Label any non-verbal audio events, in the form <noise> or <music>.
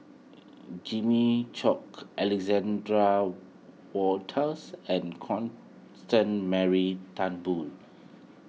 <hesitation> Jimmy Chok Alexander Wolters and Constance Mary Turnbull